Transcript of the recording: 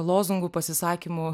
lozungų pasisakymų